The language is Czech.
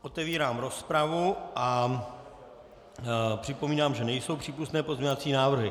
Otevírám rozpravu a připomínám, že nejsou přípustné pozměňovací návrhy.